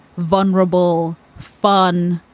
vulnerable, fun,